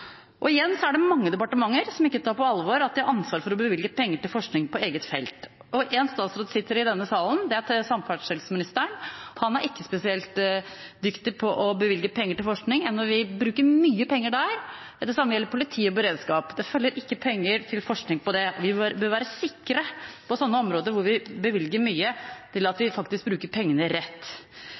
ut. Igjen er det mange departementer som ikke tar på alvor at de har ansvar for å bevilge penger til forskning på eget felt. Én statsråd sitter i denne salen. Det er samferdselsministeren. Han er ikke spesielt dyktig til å bevilge penger til forskning, enda vi bruker mye penger der. Det samme gjelder politi og beredskap. Det følger ikke penger til forskning på det. Vi bør være sikre på områder der vi bevilger mye, at vi faktisk bruker pengene rett.